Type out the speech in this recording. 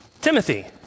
Timothy